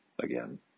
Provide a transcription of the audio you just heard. again